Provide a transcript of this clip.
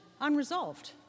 unresolved